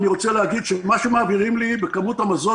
אני רוצה להגיד שמוסרים לי שכמות המזון